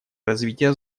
развитие